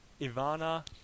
Ivana